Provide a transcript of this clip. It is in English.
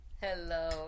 Hello